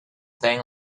thing